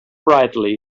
brightly